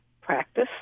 practice